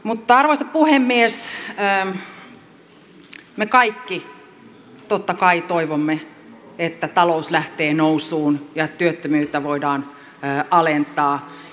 mutta arvoisa puhemies me kaikki totta kai toivomme että talous lähtee nousuun ja työttömyyttä voidaan alentaa